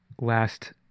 last